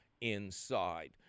inside